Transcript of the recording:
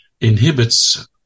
inhibits